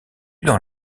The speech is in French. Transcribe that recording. dans